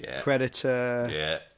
Predator